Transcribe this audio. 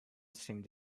seemed